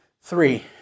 Three